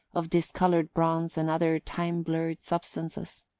of discoloured bronze and other time-blurred substances.